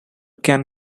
can